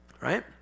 Right